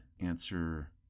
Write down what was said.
answer